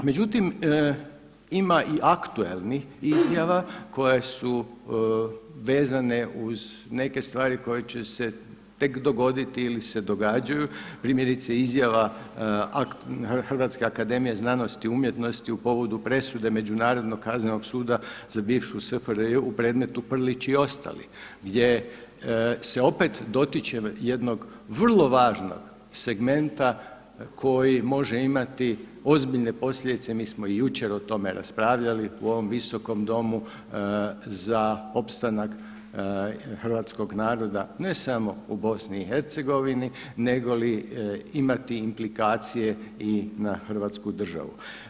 Međutim, ima i aktualnih izjava koje su vezane uz neke stvari koje će se tek dogoditi ili se događaju primjerice izjava Hrvatske akademije znanosti i umjetnosti u povodu presude Međunarodnog kaznenog suda za bivšu SFRJ u predmetu Prlić i ostali gdje se opet dotiče jednog vrlo važnog segmenta koji može imati ozbiljne posljedice, mi smo i jučer o tome raspravljali u ovom Visokom domu za opstanak hrvatskog naroda ne samo u BIH nego li i imati implikacije i na hrvatsku državu.